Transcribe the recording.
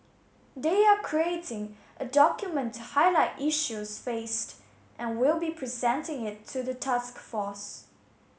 they are creating a document to highlight issues faced and will be presenting it to the task force